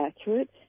accurate